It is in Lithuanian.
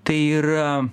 tai yra